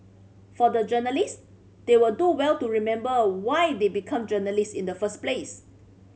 for the journalist they would do well to remember why they become journalist in the first place